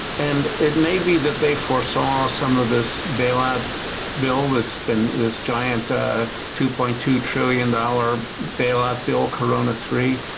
and it may be that they foresaw some of this bailout bill that's been this giant two point two trillion dollar bailout bill, corona iii,